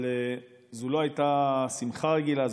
אבל זאת לא הייתה שמחה רגילה,